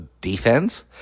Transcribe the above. defense